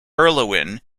erlewine